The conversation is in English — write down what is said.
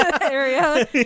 area